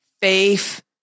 Faith